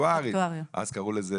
אקטוארית אז קראו לזה